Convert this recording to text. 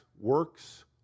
works